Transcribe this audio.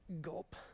Gulp